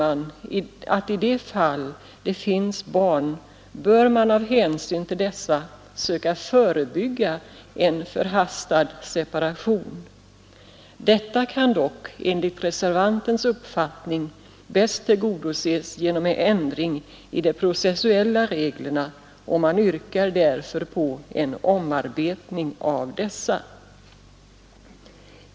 Men reservanten anser att en förhastad separation bör förebyggas i de äktenskap där det finns barn. Detta kan dock enligt reservantens uppfattning bäst tillgodoses genom en ändring i de processuella reglerna, och man yrkar därför på en omarbetning av dessa.